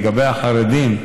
לגבי החרדים.